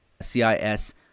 CIS